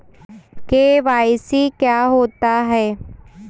KYC क्या होता है?